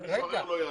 אז מישהו אחר לא יעלה.